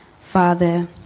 Father